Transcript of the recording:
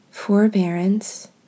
forbearance